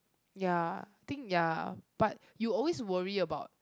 ya think ya but you always worry about